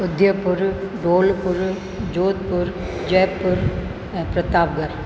उदयपुर ढोलपुर जोधपुर जयपुर ऐं प्रतापगढ़